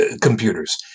computers